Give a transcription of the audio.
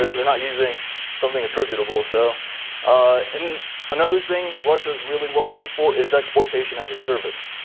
they're not using something attributable. so and another thing russia is really well known for is exploitation-as-a-service.